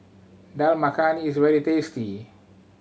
Dal Makhani is very tasty